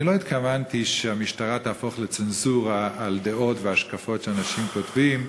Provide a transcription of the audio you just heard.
אני לא התכוונתי שהמשטרה תהפוך לצנזורה על דעות והשקפות שאנשים כותבים,